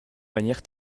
manière